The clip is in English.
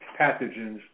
pathogens